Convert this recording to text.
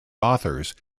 authors